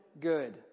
good